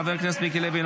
חבר הכנסת מיקי לוי,